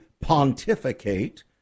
pontificate